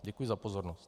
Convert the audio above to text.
Děkuji za pozornost.